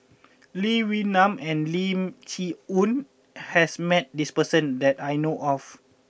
Lee Wee Nam and Lim Chee Onn has met this person that I know of